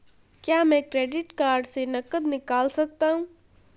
क्या मैं credit card से नकद निकाल सकता हूँ?